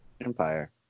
Empire